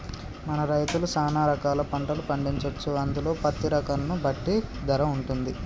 మన రైతులు సాన రకాల పంటలు పండించొచ్చు అందులో పత్తి రకం ను బట్టి ధర వుంటది